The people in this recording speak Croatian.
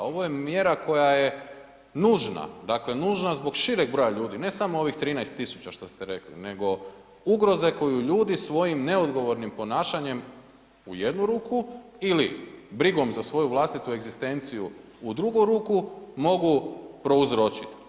Ovo je mjera koja je nužna, dakle nužna zbog šireg broja ljudi, ne samo ovih 13 tisuća što ste rekli, nego ugroze koju ljudi svojim neodgovornim ponašanjem u jednu ruku, ili brigom za svoju vlastitu egzistenciju u drugu ruku, mogu prouzročiti.